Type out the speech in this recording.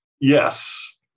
Yes